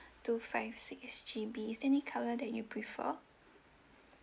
two five six S_G_B is there any color that you prefer